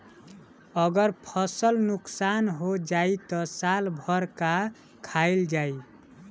अगर फसल नुकसान हो जाई त साल भर का खाईल जाई